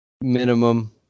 minimum